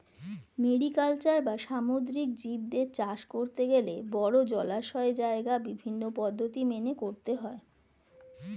mariculture বা সামুদ্রিক জীবদের চাষ করতে গেলে বড়ো জলীয় জায়গায় বিভিন্ন পদ্ধতি মেনে করতে হয়